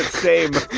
same